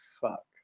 fuck